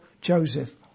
Joseph